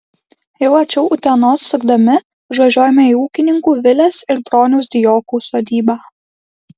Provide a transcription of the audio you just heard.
jau arčiau utenos sukdami užvažiuojame į ūkininkų vilės ir broniaus dijokų sodybą